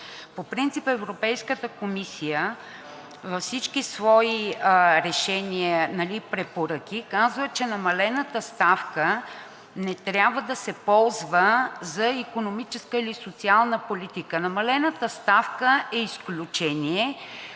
По принцип Европейската комисия във всички свои решения и препоръки казва, че намалената ставка не трябва да се ползва за икономическа или социална политика. Намалената ставка е изключение,